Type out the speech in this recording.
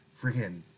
freaking